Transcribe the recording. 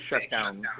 shutdown